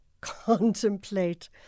contemplate